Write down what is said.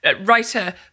writer